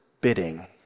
bidding